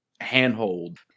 handhold